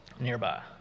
nearby